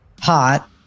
hot